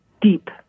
deep